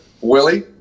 Willie